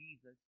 Jesus